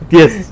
yes